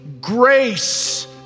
grace